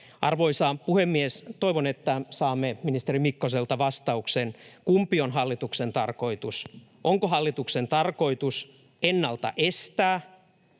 Arvoisa puhemies! Toivon, että saamme ministeri Mikkoselta vastauksen, kumpi on hallituksen tarkoitus. Onko hallituksen tarkoitus ennalta estää